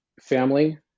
family